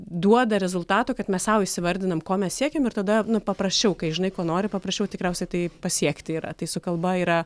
duoda rezultatų kad mes sau įsivardinam ko mes siekiam ir tada paprasčiau kai žinai ko nori paprasčiau tikriausiai tai pasiekti yra tai su kalba yra